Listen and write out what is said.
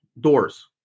doors